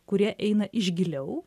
kurie eina iš giliau